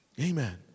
Amen